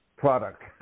product